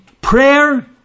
prayer